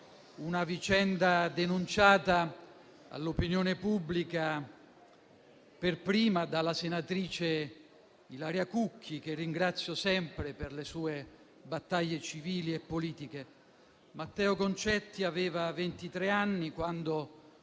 menzionare, denunciata all'opinione pubblica per prima dalla senatrice Ilaria Cucchi, che ringrazio sempre per le sue battaglie civili e politiche. Matteo Concetti aveva ventitré anni quando